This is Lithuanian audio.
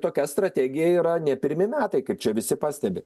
tokia strategija yra ne pirmi metai kaip čia visi pastebi